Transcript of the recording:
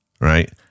right